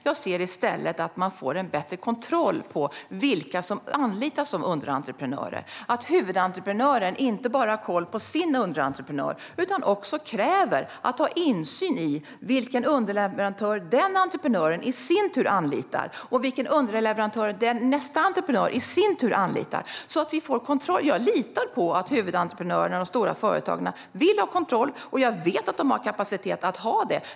Jag ser i stället att man får bättre kontroll över vilka som anlitas av underentreprenörer, så att huvudentreprenören inte bara har koll på sin underentreprenör utan också kräver att ha insyn i vilken underleverantör den entreprenören anlitar och vilken underleverantör nästa entreprenör i sin tur anlitar. Då får vi kontroll. Jag litar på att huvudentreprenörerna, de stora företagen, vill ha kontroll, och jag vet att de har kapacitet att ha det.